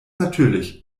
natürlich